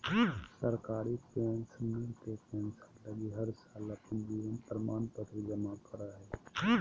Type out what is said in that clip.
सरकारी पेंशनर के पेंसन लगी हर साल अपन जीवन प्रमाण पत्र जमा करो हइ